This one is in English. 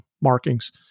markings